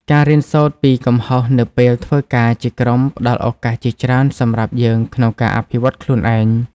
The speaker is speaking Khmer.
ការរៀនសូត្រពីកំហុសនៅពេលធ្វើការជាក្រុមផ្តល់ឱកាសជាច្រើនសម្រាប់យើងក្នុងការអភិវឌ្ឍខ្លួនឯង។